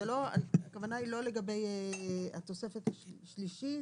הכוונה היא לא לגבי התוספת השלישית,